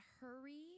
hurry